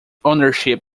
ownership